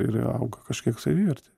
ir auga kažkiek savivertė